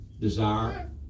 desire